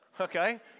Okay